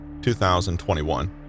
2021